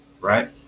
right